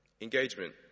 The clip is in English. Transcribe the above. Engagement